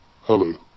Hello